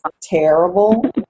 terrible